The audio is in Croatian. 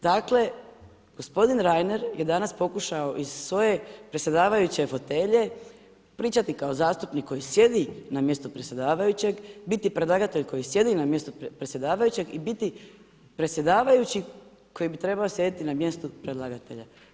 Dakle, gospodin Reiner je danas pokušao iz svoje predsjedavajuće fotelje pričati kao zastupnik koji sjedi na mjestu predsjedavajućeg, biti predlagatelj koji sjedi na mjestu predsjedavajućeg i biti predsjedavajući koji bi trebao sjediti na mjestu predlagatelja.